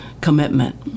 commitment